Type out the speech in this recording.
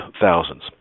thousands